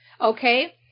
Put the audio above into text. Okay